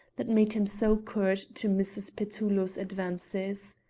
that made him so curt to mrs. petullo's advances.